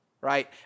right